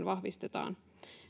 vahvistetaan